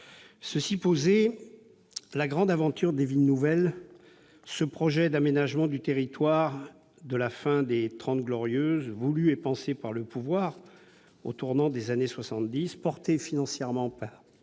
du jour. La grande aventure des villes nouvelles, ce projet d'aménagement du territoire de la fin des Trente Glorieuses, voulu et pensé par le pouvoir au tournant des années 70, porté financièrement par